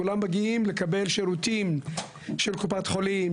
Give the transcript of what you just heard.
כולם מגיעים לקבל שירותים של קופת חולים,